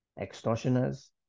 extortioners